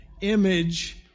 image